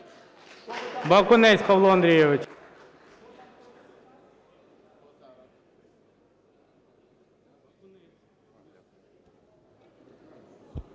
Бакунець Павло Андрійович.